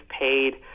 paid